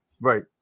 Right